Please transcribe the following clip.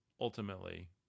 ultimately